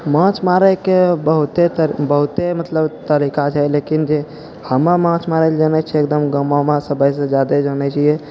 माछ मारैके बहुते मतलब तरीका छै लेकिन जे हम माछ मारैलए जानै छिए एकदम गाँवमे सबसँ ज्यादे जानै छिए